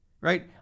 right